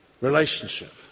relationship